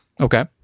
okay